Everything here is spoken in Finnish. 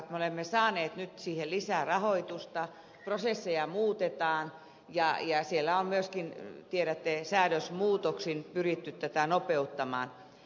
me olemme saaneet nyt siihen lisää rahoitusta prosesseja muutetaan ja siellä on myöskin tiedätte säädösmuutoksin pyritty tätä nopeuttamaan